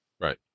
Right